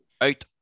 Out